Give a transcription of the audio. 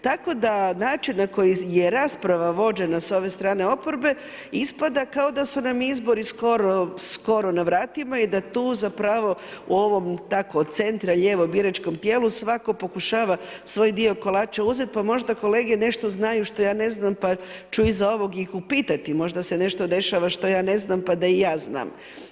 Tako da način na koji je rasprava vođena s ove strane oporbe ispada kao da su nam izbori skoro na vratima i da tu zapravo u ovom od centra lijevo biračkom tijelu svatko pokušava svoj dio kolača uzet pa možda kolege nešto znaju što ja ne znam pa ću iza ovog ih upitat, možda se nešto dešava što ja ne znam pa da i ja znam.